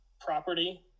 property